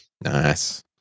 Nice